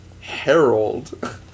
Harold